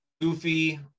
goofy